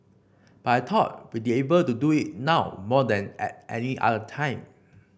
but I thought we'd be able to do it now more than at any other time